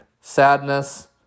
sadness